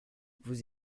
vous